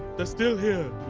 they're still here.